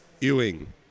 Ewing